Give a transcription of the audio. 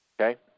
Okay